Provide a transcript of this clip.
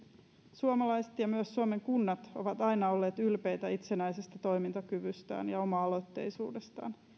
suomalaiset ja myös suomen kunnat ovat aina olleet ylpeitä itsenäisestä toimintakyvystään ja oma aloitteisuudestaan